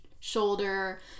Shoulder